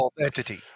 entity